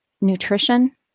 nutrition